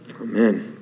Amen